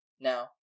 Now